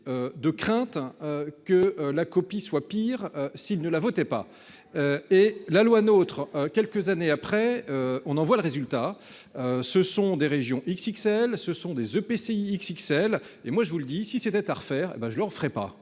De crainte. Que la copie soit pire s'ils ne la votaient pas. Et la loi notre quelques années après, on en voit le résultat. Ce sont des régions XXL. Ce sont des EPCI XXL et moi je vous le dis, si c'était à refaire, hé ben je le referais pas.